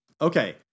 Okay